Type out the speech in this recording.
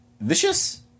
Vicious